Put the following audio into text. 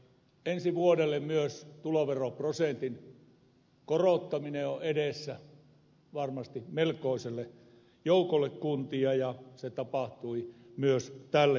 ensi vuodelle myös tuloveroprosentin korottaminen on edessä varmasti melkoiselle joukolle kuntia ja se tapahtui myös tälle vuodelle